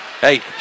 Hey